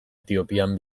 etiopian